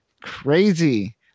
crazy